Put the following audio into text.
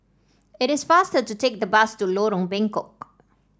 it is faster to take the bus to Lorong Bengkok